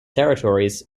territories